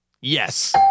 Yes